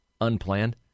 unplanned